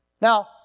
Now